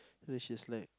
so she's like